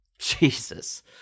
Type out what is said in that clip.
Jesus